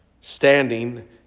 standing